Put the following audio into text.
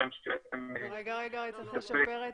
אני מציעה שנשמע את